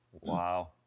Wow